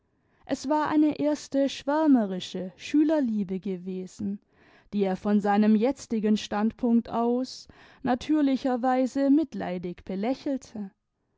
es war eine erste schwärmerische schülerliebe gewesen die er von seinem jetzigen standpunkt aus natürlicherweise mitleidig belächelte